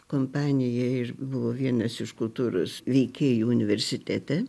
kompanija ir buvo vienas iš kultūros veikėjų universitete